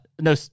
no